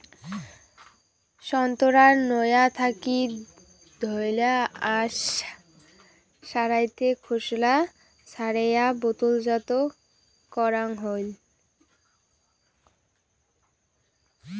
সোন্তোরার নোয়া থাকি ধওলা আশ সারাইতে খোসলা ছারেয়া বোতলজাত করাং হই